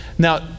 Now